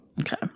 Okay